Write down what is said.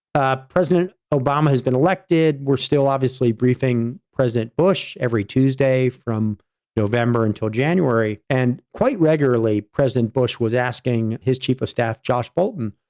ah president obama has been elected. we're still obviously briefing president bush every tuesday from november until january, and quite regularly president bush was asking his chief of staff josh bolton,